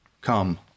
Come